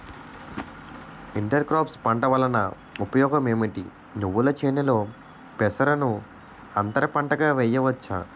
Inter crops పంట వలన ఉపయోగం ఏమిటి? నువ్వుల చేనులో పెసరను అంతర పంటగా వేయవచ్చా?